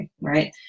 right